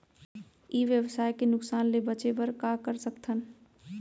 ई व्यवसाय के नुक़सान ले बचे बर का कर सकथन?